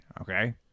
Okay